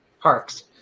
parks